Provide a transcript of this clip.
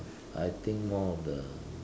I think more of the